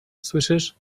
słyszysz